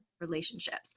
relationships